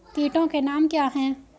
कीटों के नाम क्या हैं?